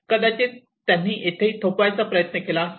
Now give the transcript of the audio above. कदाचित त्यांनी येथेही थोपवायचा प्रयत्न केला असेल